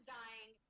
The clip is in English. dying